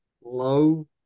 low